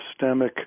systemic